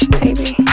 baby